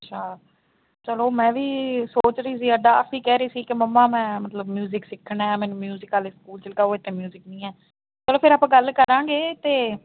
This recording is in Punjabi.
ਅੱਛਾ ਚਲੋ ਮੈਂ ਵੀ ਸੋਚਰੀ ਸੀ ਅਰਦਾਸ ਵੀ ਕਹਿ ਰਹੀ ਸੀ ਕਿ ਮੰਮਾ ਮੈਂ ਮਤਲਬ ਮਿਊਜ਼ਿਕ ਸਿੱਖਣਾ ਮੈਨੂੰ ਮਿਊਜ਼ਿਕ ਵਾਲੇ ਸਕੂਲ 'ਚ ਲਗਾਓ ਇੱਥੇ ਮਿਊਜ਼ਿਕ ਨਹੀਂ ਹੈ ਚਲੋ ਫਿਰ ਆਪਾਂ ਗੱਲ ਕਰਾਂਗੇ ਅਤੇ